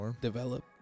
develop